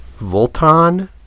Voltan